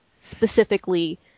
specifically